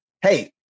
hey